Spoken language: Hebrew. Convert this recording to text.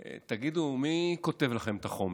תגידו, מי כותב לכם את החומר,